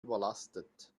überlastet